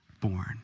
born